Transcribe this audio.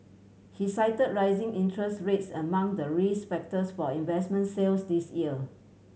he cited rising interest rates among the risk factors for investment sales this year